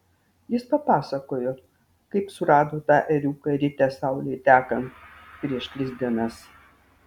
jis papasakojo kaip surado tą ėriuką ryte saulei tekant prieš tris dienas